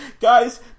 Guys